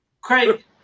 craig